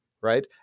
right